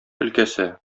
өлкәсе